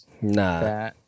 nah